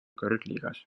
kõrgliigas